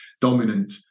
dominant